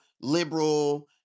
liberal